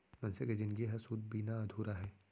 मनसे के जिनगी ह सूत बिना अधूरा हे